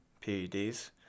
peds